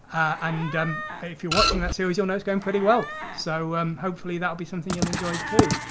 and um if you're watching that series you'll know it's going pretty well, so um hopefully that'll be something you'll enjoy too!